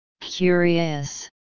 Curious